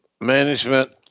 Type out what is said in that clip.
management